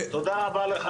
תודה רבה.